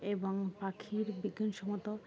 এবং পাখির বিজ্ঞান সম্মত